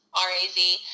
R-A-Z